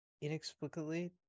inexplicably